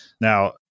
now